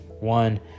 one